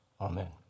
Amen